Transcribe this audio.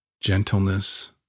gentleness